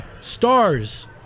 stars